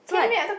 so like